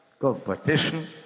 competition